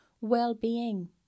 well-being